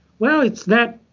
well, it's that